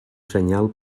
senyal